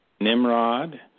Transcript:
Nimrod